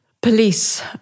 police